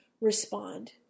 respond